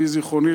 לפי זיכרוני,